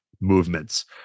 movements